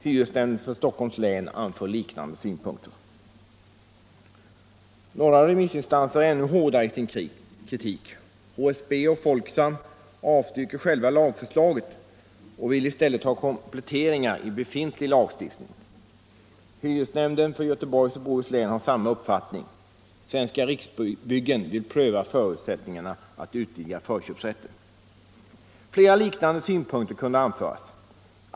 Hyresnämnden i Stockholms län anför liknande synpunkter. Några remissinstanser är ännu hårdare i sin kritik. HSB och Folksam avstyrker själva lagförslaget och vill i stället ha kompletteringar i befintlig lagstiftning. Hyresnämnden i Göteborgs och Bohus län har samma uppfattning. Svenska Riksbyggen vill pröva förutsättningarna att utvidga förköpsrätten. Flera liknande synpunkter kunde anföras.